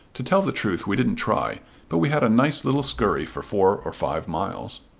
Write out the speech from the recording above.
to tell the truth we didn't try but we had a nice little skurry for four or five miles.